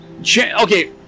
Okay